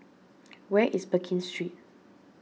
where is Pekin Street